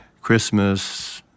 Christmas